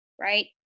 right